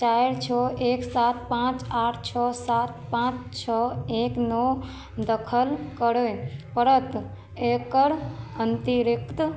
चारि छओ एक सात पाँच आठ छओ सात पाँच छओ एक नओ दखल करय पड़त एकर अतिरिक्त